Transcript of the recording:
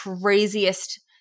craziest